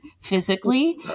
physically